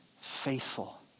faithful